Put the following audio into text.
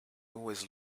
always